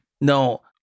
no